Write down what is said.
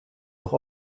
doch